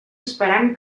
esperant